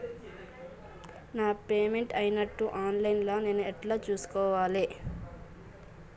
నా పేమెంట్ అయినట్టు online లా నేను ఎట్ల చూస్కోవాలే?